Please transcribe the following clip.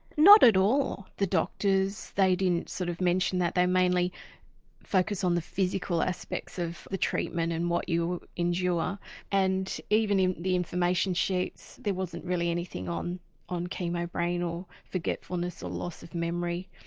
not at all. the doctors, they didn't sort of mention that they mainly focus on the physical aspect of the treatment and what you'll endure and even in the information sheets there wasn't really anything on on chemobrain or forgetfulness, or loss of memory.